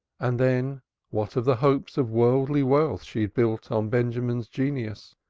and then what of the hopes of worldly wealth she had built on benjamin's genius?